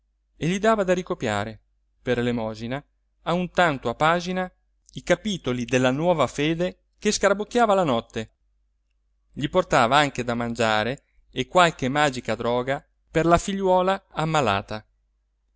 e gli dava da ricopiare per elemosina a un tanto a pagina i capitoli della nuova fede che scarabocchiava la notte gli portava anche da mangiare e qualche magica droga per la figliuola ammalata